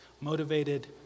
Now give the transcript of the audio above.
motivated